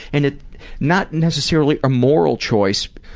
and ah not necessarily a moral choice,